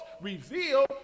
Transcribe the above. reveal